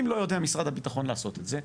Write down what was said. אם משרד הביטחון לא יודע לעשות את זה,